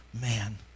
man